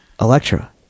Electra